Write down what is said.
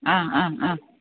ആ ആ ആ